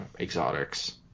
exotics